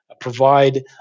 provide